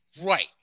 Right